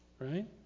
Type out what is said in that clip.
right